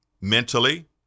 mentally